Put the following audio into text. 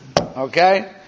Okay